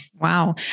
Wow